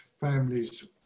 families